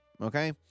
Okay